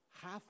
Half